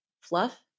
Fluff